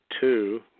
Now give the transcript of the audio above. two